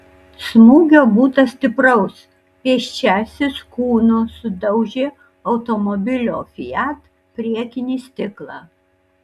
smūgio būta stipraus pėsčiasis kūnu sudaužė automobilio fiat priekinį stiklą